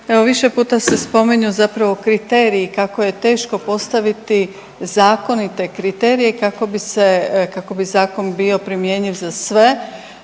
evo više puta se spominju zapravo kriteriji kako je teško postaviti zakonite kriterije kako bi se, kako bi zakon bio primjenjiv za sve